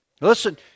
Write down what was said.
listen